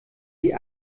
die